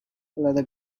leather